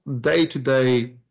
day-to-day